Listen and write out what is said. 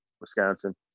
Wisconsin